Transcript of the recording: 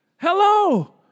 Hello